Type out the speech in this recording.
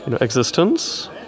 existence